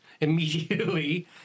immediately